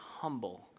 humble